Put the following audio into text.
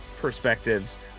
perspectives